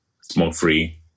smoke-free